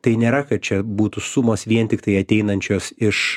tai nėra kad čia būtų sumos vien tiktai ateinančios iš